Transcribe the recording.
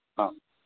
ആ